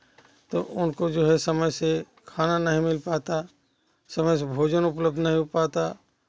तो उनको जो है समय से खाना नहीं मिल पाता है समय से भोजन उपलब्ध नहीं हो पाता